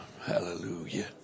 hallelujah